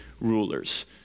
rulers